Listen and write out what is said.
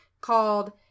called